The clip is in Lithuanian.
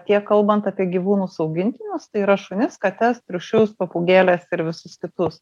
tiek kalbant apie gyvūnus augintinius tai yra šunis kates triušius papūgėles ir visus kitus